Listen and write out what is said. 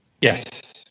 yes